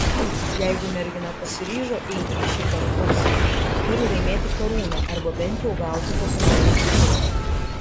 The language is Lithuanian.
jeigu mergina pasiryžo eiti į šį konkursą turi laimėti karūną arba bent jau gauti kokį nors titulą